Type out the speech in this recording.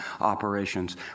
operations